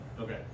Okay